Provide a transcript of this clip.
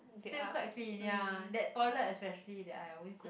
still quite clean ya that toilet especially that I always go